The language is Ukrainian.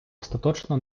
остаточно